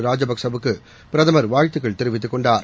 ராஜபக்சேவுக்கு பிரதமர் வாழ்த்துகள் தெரிவித்துக் கொண்டார்